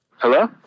Hello